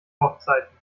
hochzeiten